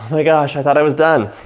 my gosh i thought i was done.